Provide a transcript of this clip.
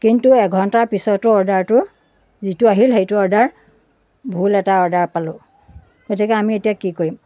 কিন্তু এঘণ্টাৰ পিছতো অৰ্ডাৰটো যিটো আহিল সেইটো অৰ্ডাৰ ভুল এটা অৰ্ডাৰ পালোঁ গতিকে আমি এতিয়া কি কৰিম